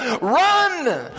Run